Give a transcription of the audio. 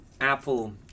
apple